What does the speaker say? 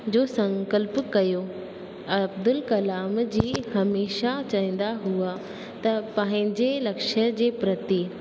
जो संकल्प कयो अब्दुल कलाम जी हमेशह चवंदा हुआ त पंहिंजे लक्ष्य जे प्रति